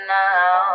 now